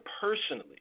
personally